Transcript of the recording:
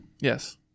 Yes